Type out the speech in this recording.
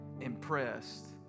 impressed